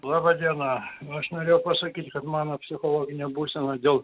laba diena aš norėjau pasakyt kad mano psichologinę būseną dėl